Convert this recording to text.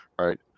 Right